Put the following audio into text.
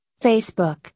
Facebook